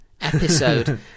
episode